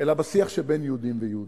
אלא על השיח שבין יהודים ליהודים.